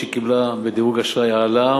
שקיבלה בדירוג האשראי העלאה,